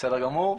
בסדר גמור,